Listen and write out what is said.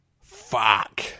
Fuck